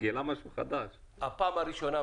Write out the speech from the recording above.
מה זה הפעם הראשונה?